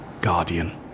Guardian